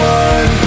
one